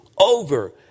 over